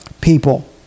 people